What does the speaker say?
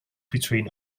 between